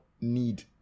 need